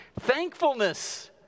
thankfulness